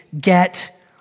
get